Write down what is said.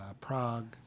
Prague